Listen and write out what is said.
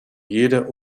jeder